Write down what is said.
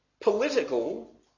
political